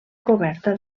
coberta